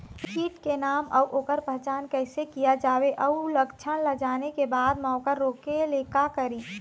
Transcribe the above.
कीट के नाम अउ ओकर पहचान कैसे किया जावे अउ लक्षण ला जाने के बाद मा ओकर रोके ले का करें?